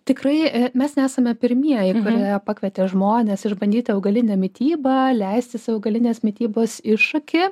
tikrai mes nesame pirmieji vilniuje pakvietė žmones išbandyti augalinę mitybą leistis į augalinės mitybos iššūkį